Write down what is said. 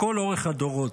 לכל אורך הדורות,